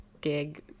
gig